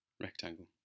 rectangle